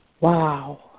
wow